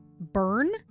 Burn